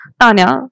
tanya